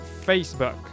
facebook